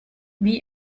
wie